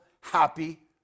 happy